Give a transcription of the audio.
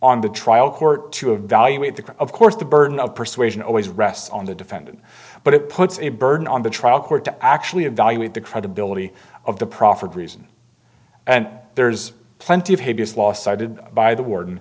on the trial court to evaluate the of course the burden of persuasion always rests on the defendant but it puts a burden on the trial court to actually evaluate the credibility of the proffered reason and there's plenty of habeas law cited by the warden